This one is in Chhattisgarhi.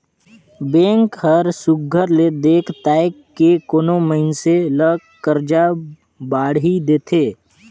बेंक हर सुग्घर ले देख ताएक के कोनो मइनसे ल करजा बाड़ही देथे